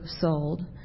sold